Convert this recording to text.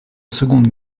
seconde